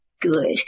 good